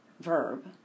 verb